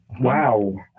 wow